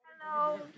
Hello